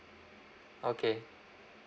okay